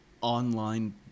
online